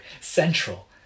central